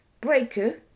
Breaker